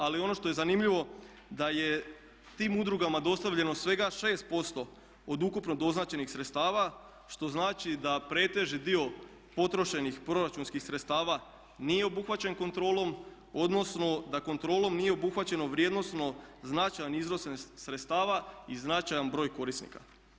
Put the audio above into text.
Ali ono što je zanimljivo da je tim udrugama dostavljeno svega 6% od ukupno doznačenih sredstava što znači da pretežni dio potrošenih proračunskih sredstava nije obuhvaćen kontrolom, odnosno da kontrolom nije obuhvaćeno vrijednosno značajan iznos sredstava i značajan broj korisnika.